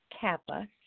Kappa